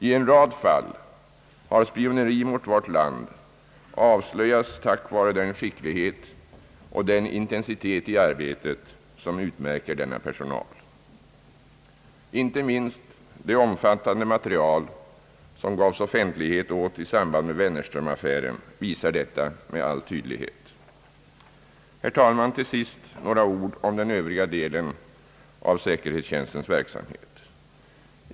I en rad fall har spioneri mot vårt land avslöjats tack vare den skicklighet och intensitet i arbetet som utmärker denna personal. Inte minst det omfattande material som offentliggjordes i samband med Wennerströmaffären visar detta med all tydlighet. Herr talman! Till sist några ord om den övriga delen av säkerhetstjänstens verksamhet.